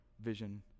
vision